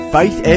Faith